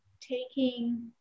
taking